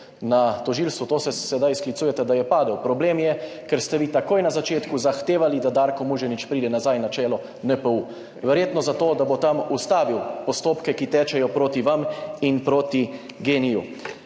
na tožilstvu, to se sedaj sklicujete, da je padel. Problem je, ker ste vi takoj na začetku zahtevali, da Darko Muženič pride nazaj na čelo NPU. Verjetno zato, da bo tam ustavil postopke, ki tečejo proti vam in proti GEN-I.